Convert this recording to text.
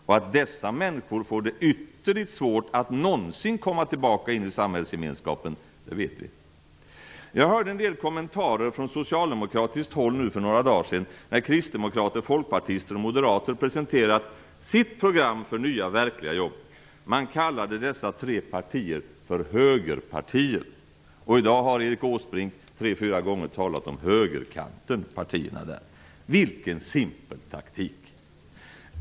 Och att dessa människor får det ytterligt svårt att någonsin komma tillbaka in i samhällsgemenskapen vet vi. Jag hörde en del kommentarer från socialdemokratiskt håll för några dagar sedan, när kristdemokrater, folkpartister och moderater hade presenterat sitt program för nya verkliga jobb. Man kallade dessa tre partier för högerpartier. I dag har Erik Åsbrink tre fyra gånger talat om partierna på högerkanten. Vilken simpel taktik!